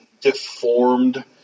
deformed